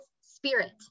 spirit